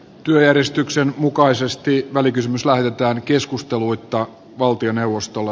työjärjestyksen mukaisesti välikysymys lähetetään keskustelutta valtioneuvostolle